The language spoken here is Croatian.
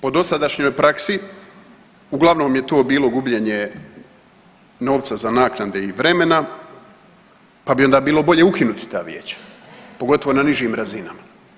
Po sadašnjoj praksu, uglavnom je to bilo gubljenje novca za naknade i vremena, pa bi onda bilo bolje ukinuti ta vijeća, pogotovo na nižim razinama.